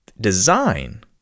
design